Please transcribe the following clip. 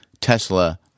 Tesla